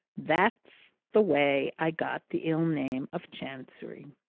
that's the way i've got the ill name of chancery.